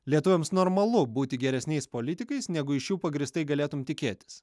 lietuviams normalu būti geresniais politikais negu iš jų pagrįstai galėtum tikėtis